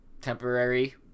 Temporary